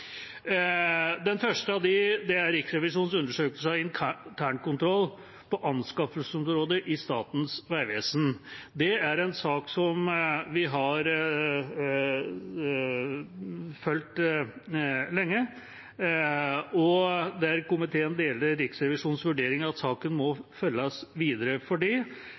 Den første av dem er Riksrevisjonens undersøkelse av internkontroll på anskaffelsesområdet i Statens vegvesen. Det er en sak som vi har fulgt lenge, og der komiteen deler Riksrevisjonens vurdering av at saken må følges videre. For